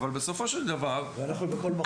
אבל, בסופו של דבר --- ואנחנו בכל מקום.